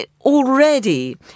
Already